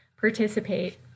participate